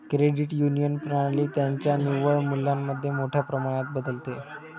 credit union प्रणाली त्यांच्या निव्वळ मूल्यामध्ये मोठ्या प्रमाणात बदलते